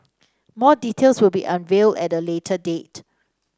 more details will be unveiled at a later date